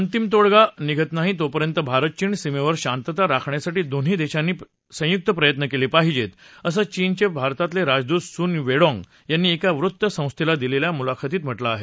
अंतिम तोडगा निघत नाही तोपर्यंत भारत चीन सीमेवर शांतता राखण्यासाठी दोन्ही देशांनी संयुक्त प्रयत्न केले पाहिजेत असं चीनचे भारतातले राजवूत सून वेडोन्ग यांनी एका वृत्तसंस्थेला दिलेल्या मुलाखतीत म्हटलं आहे